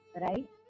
right